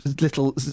little